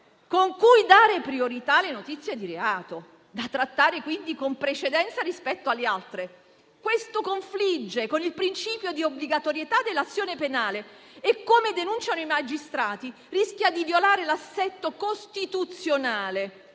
con cui dare priorità alle notizie di reato, da trattare quindi con precedenza rispetto alle altre. Questo confligge con il principio di obbligatorietà dell'azione penale e, come denunciano i magistrati, rischia di violare l'assetto costituzionale.